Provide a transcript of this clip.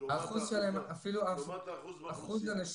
לעומת האחוז באוכלוסייה?